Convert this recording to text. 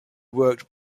worked